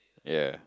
ya